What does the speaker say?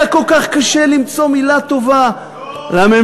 היה כל כך קשה למצוא מילה טובה לממשלה,